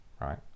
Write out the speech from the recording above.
right